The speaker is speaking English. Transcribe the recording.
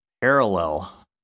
Parallel